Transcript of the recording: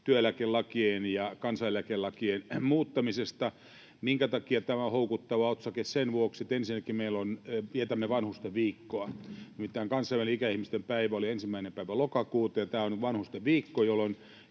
”työeläkelakien ja kansaneläkelain muuttamisesta”. Minkä takia tämä on houkuttava otsake? Ensinnäkin sen vuoksi, että vietämme Vanhustenviikkoa. Nimittäin kansainvälinen ikäihmisten päivä oli 1. päivä lokakuuta, ja tämä viikko on Vanhustenviikko, jolloin